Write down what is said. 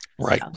Right